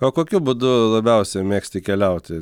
o kokiu būdu labiausiai mėgsti keliauti